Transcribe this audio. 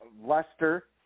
Lester